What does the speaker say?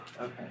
Okay